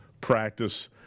practice